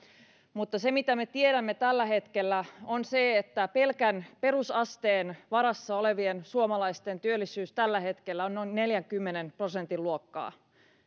mutta se mitä me tiedämme tällä hetkellä on se että pelkän perusasteen varassa olevien suomalaisten työllisyys on tällä hetkellä noin neljänkymmenen prosentin luokkaa